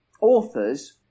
authors